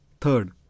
Third